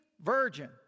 virgin